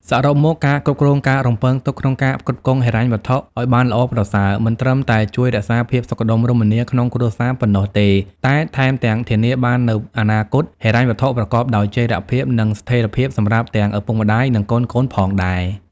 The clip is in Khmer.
សរុបមក ការគ្រប់គ្រងការរំពឹងទុកក្នុងការផ្គត់ផ្គង់ហិរញ្ញវត្ថុឱ្យបានល្អប្រសើរ មិនត្រឹមតែជួយរក្សាភាពសុខដុមរមនាក្នុងគ្រួសារប៉ុណ្ណោះទេ តែថែមទាំងធានាបាននូវអនាគតហិរញ្ញវត្ថុប្រកបដោយចីរភាព និងស្ថិរភាពសម្រាប់ទាំងឪពុកម្ដាយ និងកូនៗផងដែរ។